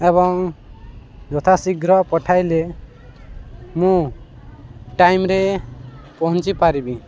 ଏବଂ ଯଥା ଶୀଘ୍ର ପଠାଇଲେ ମୁଁ ଟାଇମ୍ରେ ପହଁଞ୍ଚି ପାରିବି